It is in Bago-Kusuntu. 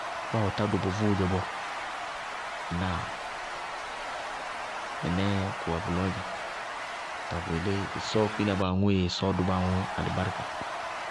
Báa ɔtá do bʋvʋʋ dzɛ bɔɔ ŋnáa? Mɩnɛɛ kʋ wɛ bʋlɔɔ dzɛ. Tɔɔ bʋ yelé ɩsɔɔ kpína báa aŋʋ yéé ɩsɔɔ dʋ báa aŋʋ alɩbáríka.